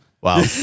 Wow